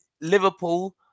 Liverpool